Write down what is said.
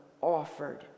offered